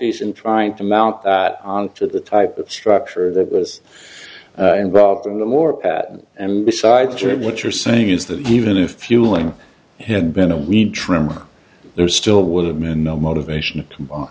in trying to mount that onto the type of structure that was involved in the more pat and besides what you're saying is that even if fueling had been a weed trim there still would have been no motivation